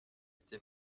été